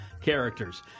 characters